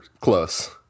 Close